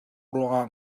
ruangah